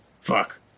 Fuck